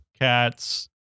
cats